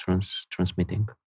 transmitting